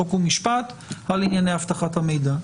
חוק ומשפט על ענייני אבטחת המידע.